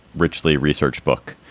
richly research book.